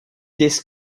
this